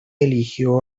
eligió